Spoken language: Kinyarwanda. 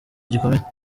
gikomeye